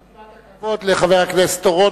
מפאת הכבוד לחבר הכנסת אורון,